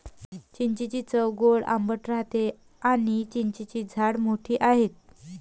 चिंचेची चव गोड आंबट राहते आणी चिंचेची झाडे मोठी आहेत